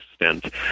extent